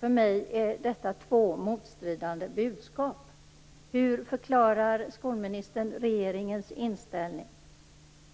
För mig är detta två motstridande budskap. Hur förklarar skolministern regeringens inställning?